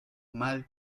mal